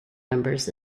numbers